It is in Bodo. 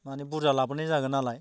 माने बुरजा लाबोनाय जागोन नालाय